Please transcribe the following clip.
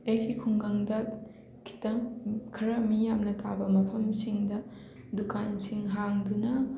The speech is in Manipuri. ꯑꯩꯒꯤ ꯈꯨꯡꯒꯪꯗ ꯈꯤꯇꯪ ꯈꯔ ꯃꯤ ꯌꯥꯝꯅ ꯇꯥꯕ ꯃꯐꯝꯁꯤꯡꯗ ꯗꯨꯀꯥꯟꯁꯤꯡ ꯍꯥꯡꯗꯨꯅ